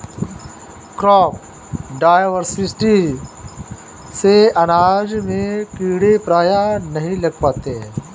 crop diversity से अनाज में कीड़े प्रायः नहीं लग पाते हैं